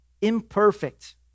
imperfect